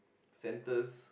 centres